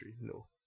No